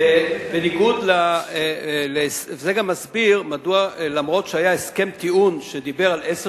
זה גם מסביר מדוע אף-על-פי שהיה הסכם טיעון שדיבר על עשר